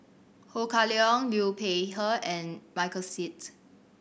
Ho Kah Leong Liu Peihe and Michael Seet